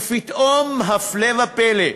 ופתאום, הפלא ופלא,